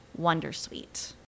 wondersuite